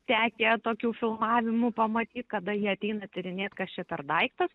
tekę tokių filmavimų pamatyt kada jie ateina tyrinėt kas čia per daiktas